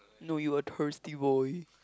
no you were a thirsty boy